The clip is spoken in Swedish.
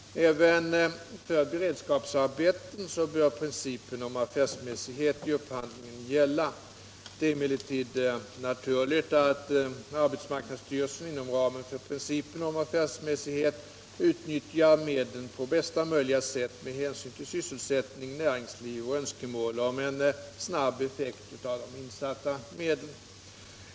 Även för beredskapsarbeten bör principen om affärsmässighet i upphandlingen gälla. Det är emellertid naturligt att arbetsmarknadsstyrelsen inom ramen för principen om affärsmässighet utnyttjar medlen på bästa möjliga sätt med hänsyn till sysselsättning, näringsliv och önskemålet om snabb effekt av de insatta medlen.